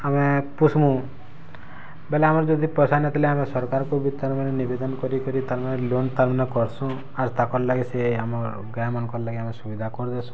ଆମେ ପୁସମୁ ବେଲେ ଆମର୍ ଯଦି ପଇସା ନଥିଲେ ଆମେ ସରକାର୍ କୁ ତାର୍ ମାନେ ନିବେଦନ କରି ପାରି ତାର୍ ମାନେ ଲୋନ୍ ତାର୍ ମାନେ କରସୁ ଆଜ ତାକର୍ ଲାଗି ସିଏ ଆମର୍ ଗାଁ ମାନକର୍ ଲାଗି ଆମର୍ ସୁବିଧା କରି ଦେସୁ